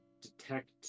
detect